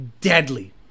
deadly